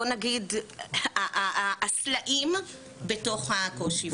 בוא נגיד הסלעים בתוך הקושי,